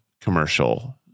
commercial